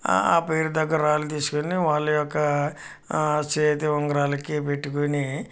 ఆ పేరుకు తగ్గ రాళ్ళు తీసుకొని వారి యొక్క చేతి ఉంగరాలకి పెట్టుకొని